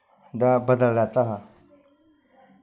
दा बदला लैता हा